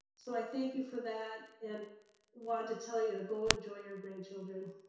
so, i thank you for that and want to tell you to go enjoy your grandchildren.